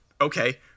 Okay